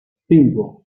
cinco